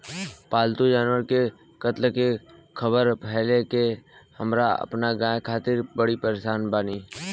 पाल्तु जानवर के कत्ल के ख़बर फैले से हम अपना गाय खातिर बड़ी परेशान बानी